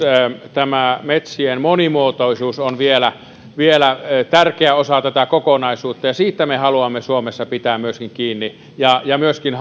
tämä metsien monimuotoisuus on vielä vielä tärkeä osa tätä kokonaisuutta ja siitä me haluamme suomessa myöskin pitää kiinni ja ja myöskin